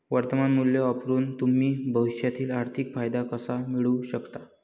वर्तमान मूल्य वापरून तुम्ही भविष्यातील आर्थिक फायदा कसा मिळवू शकता?